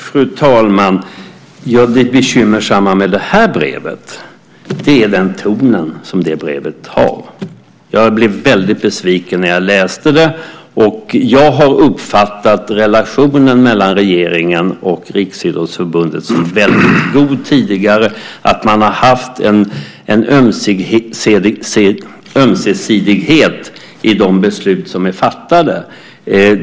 Fru talman! Det bekymmersamma med det här brevet är tonen i det. Jag blev väldigt besviken när jag läste brevet. Jag har uppfattat relationen mellan regeringen och Riksidrottsförbundet som väldigt god tidigare - att det har varit en ömsesidighet i de beslut som är fattade.